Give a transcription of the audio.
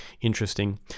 interesting